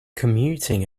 commuting